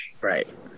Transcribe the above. Right